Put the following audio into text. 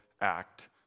act